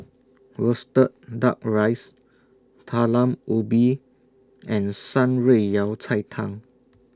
Roasted Duck Rice Talam Ubi and Shan Rui Yao Cai Tang